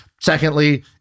Secondly